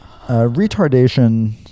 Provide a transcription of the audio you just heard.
Retardation